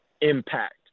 impact